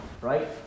right